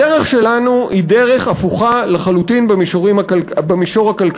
הדרך שלנו היא דרך הפוכה לחלוטין במישור הכלכלי-חברתי,